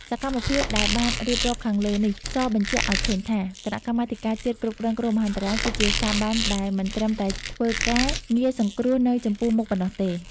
សកម្មភាពដែលបានរៀបរាប់ខាងលើនេះសបញ្ជាក់ឱ្យឃើញថា គណៈកម្មាធិការជាតិគ្រប់គ្រងគ្រោះមហន្តរាយគឺជាស្ថាប័នដែលមិនត្រឹមតែធ្វើការងារសង្គ្រោះនៅចំពោះមុខប៉ុណ្ណោះទេ។